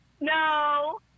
No